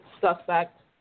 suspect